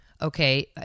Okay